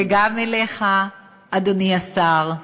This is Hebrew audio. וגם אליך, אדוני השר,